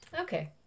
Okay